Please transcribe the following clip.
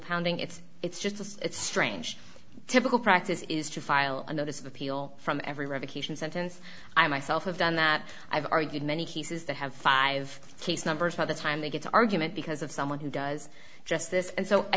pounding it's it's just it's strange typical practice is to file a notice of appeal from every revocation sentence i myself have done that i've argued many cases that have five case numbers by the time they get to argument because of someone who does justice and so i